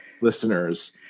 listeners